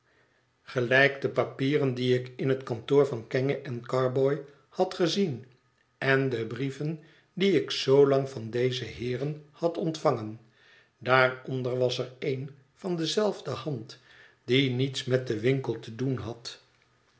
gelijk de papieren die ik in het kantoor van kenge en carboy had gezien en de brieven die ik zoolang van deze heeren had ontvangen daaronder was er een van dezelfde hand die niets met den winkel te doen had